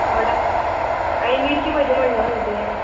Voda आनी मिर्ची भजी म्हणले नुगे तुयें